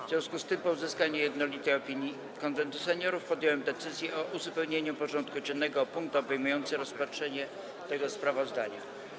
W związku z tym, po uzyskaniu jednolitej opinii Konwentu Seniorów, podjąłem decyzję o uzupełnieniu porządku dziennego o punkt obejmujący rozpatrzenie tego sprawozdania.